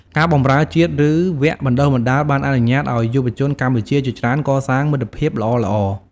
ការបម្រើជាតិ ឬវគ្គបណ្តុះបណ្ដាលបានអនុញ្ញាតិឱ្យយុវជនកម្ពុជាជាច្រើនកសាងមិត្តភាពល្អៗ។